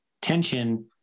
tension